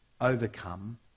overcome